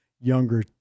younger